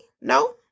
No